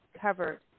covered